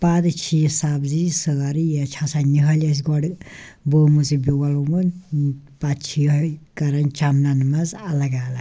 پَتہٕ چھِ یہِ سبزی سٲرٕے یہِ چھِ آسان نِہٲلۍ ٲسۍ گۄڈٕ ؤومٕژ یہِ بیول ووٚمُت پَتہٕ چھِ یِہوٚے کران چَمنَن منٛز اَلگ اَلگ